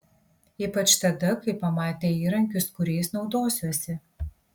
ypač tada kai pamatė įrankius kuriais naudosiuosi